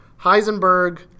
Heisenberg